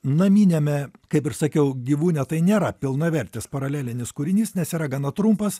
naminiame kaip ir sakiau gyvūne tai nėra pilnavertis paralelinis kūrinys nes yra gana trumpas